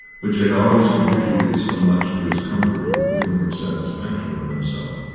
which had always contributed so much to his comfortable feeling of satisfaction with himself,